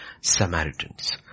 Samaritans